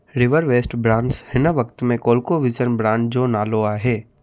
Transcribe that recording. river west brands हिन वक़्त में कोलकोविज़न ब्रांड जो नालो आहे